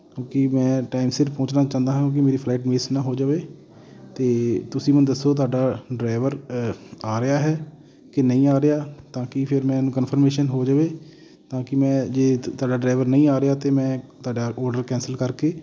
ਕਿਉਂਕਿ ਮੈਂ ਟਾਈਮ ਸਿਰ ਪਹੁੰਚਣਾ ਚਾਹੁੰਦਾ ਹਾਂ ਵੀ ਮੇਰੀ ਫਲਾਈਟ ਮਿਸ ਨਾ ਹੋ ਜਾਵੇ ਅਤੇ ਤੁਸੀਂ ਮੈਨੂੰ ਦੱਸੋ ਤੁਹਾਡਾ ਡਰਾਈਵਰ ਆ ਰਿਹਾ ਹੈ ਕਿ ਨਹੀਂ ਆ ਰਿਹਾ ਤਾਂ ਕਿ ਫਿਰ ਮੈਨੂੰ ਕਨਫਰਮੇਸ਼ਨ ਹੋ ਜਾਵੇ ਤਾਂ ਕਿ ਮੈਂ ਜੇ ਤੁਹਾਡਾ ਡਰਾਈਵਰ ਨਹੀਂ ਆ ਰਿਹਾ ਤਾਂ ਮੈਂ ਤੁਹਾਡਾ ਔਡਰ ਕੈਂਸਲ ਕਰਕੇ